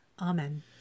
Amen